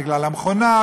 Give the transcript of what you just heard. בגלל המכונה,